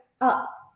up